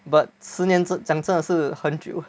but 十年讲真真的是很久